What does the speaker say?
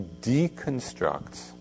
deconstructs